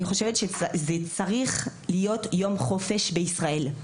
בעיניי זה צריך להיות יום חופש בישראל.